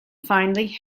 finely